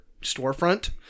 storefront